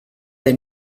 they